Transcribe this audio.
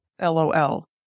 LOL